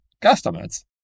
customers